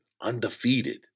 undefeated